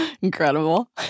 Incredible